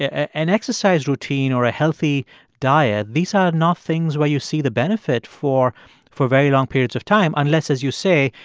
an exercise routine or a healthy diet, these are not things where you see the benefit for for very long periods of time unless, as you say,